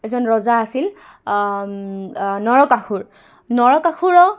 এজন ৰজা আছিল নৰকাসুৰ নৰকাসুৰ